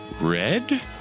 red